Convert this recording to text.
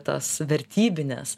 tas vertybines